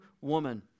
woman